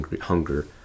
hunger